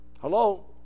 Hello